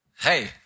hey